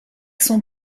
son